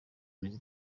imeze